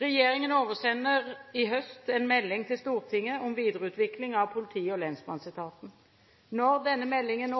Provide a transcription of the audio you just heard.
Regjeringen oversender i høst en melding til Stortinget om videreutvikling av politi- og lensmannsetaten. Når denne meldingen